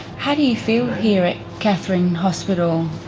how do you feel here at katherine hospital?